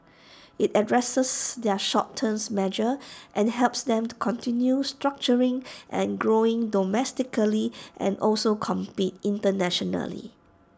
IT addresses their short terms measures and helps them to continue structuring and growing domestically and also compete internationally